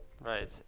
Right